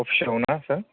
अफिसाव ना सार